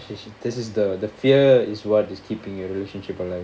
this is the the fear is what is keeping your relationship alive